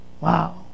wow